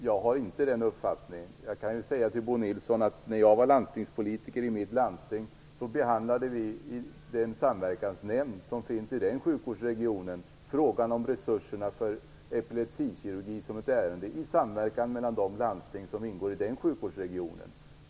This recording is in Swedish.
Jag har inte den uppfattningen. När jag var landstingspolitiker i mitt landsting behandlade vi frågan om resurserna för epilepsikirurgi i den samverkansnämnd som finns för samverkan mellan de landsting som ingår i den sjukvårdsregionen.